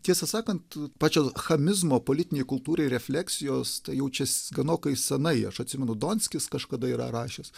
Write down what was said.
tiesa sakant pačio chamizmo politinei kultūrai refleksijos tai jaučias ganokai senai aš atsimenu donskis kažkada yra rašęs